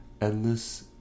Endless